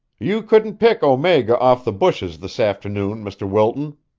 you couldn't pick omega off the bushes this afternoon, mr. wilton,